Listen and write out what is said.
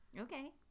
okay